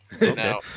Now